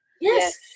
Yes